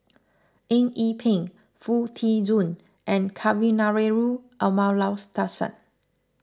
Eng Yee Peng Foo Tee Jun and Kavignareru Amallathasan